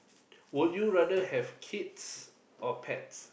would you rather have kids or pets